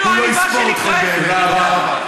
שלא מעניין אתכם, הלב שלי כואב.